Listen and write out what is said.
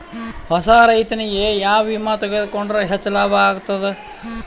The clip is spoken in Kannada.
ಹೊಸಾ ರೈತನಿಗೆ ಯಾವ ವಿಮಾ ತೊಗೊಂಡರ ಹೆಚ್ಚು ಲಾಭ ಆಗತದ?